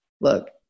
look